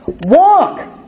Walk